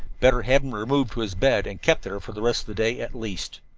better have him removed to his bed, and kept there for the rest of the day, at least.